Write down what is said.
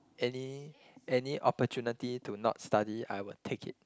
any any opportunity to not study I will take it